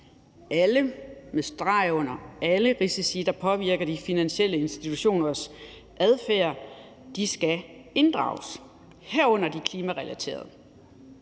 Alle – med streg under alle – risici, der påvirker de finansielle institutioners adfærd, skal inddrages, herunder de klimarelaterede.